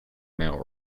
male